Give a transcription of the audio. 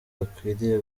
bikwiriye